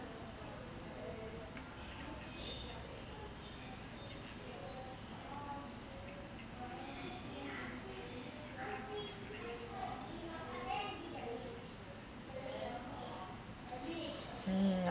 mm